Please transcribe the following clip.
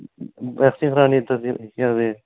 waxing करानी केह् आक्खदे